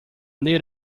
lit